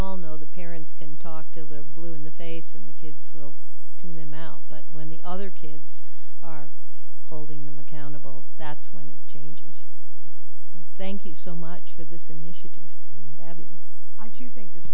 all know the parents can talk till they're blue in the face and the kids will tune them out but when the other kids are holding them accountable that's when it changes them thank you so much for this initiative yes i do think this